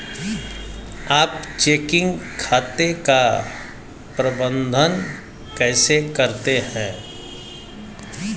आप चेकिंग खाते का प्रबंधन कैसे करते हैं?